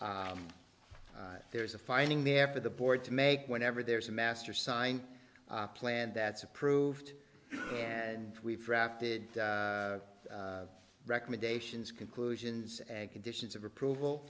so there's a finding there for the board to make whenever there's a master signed plan that's approved and we've drafted recommendations conclusions and conditions of approval